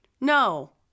No